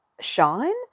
shine